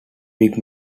big